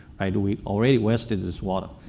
and we already wasted this water.